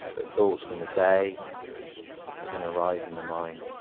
that those from the day are going to arise in the mind.